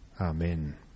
Amen